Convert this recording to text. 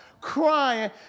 crying